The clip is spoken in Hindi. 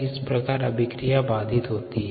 इस प्रकार अभिक्रिया बाधित होती है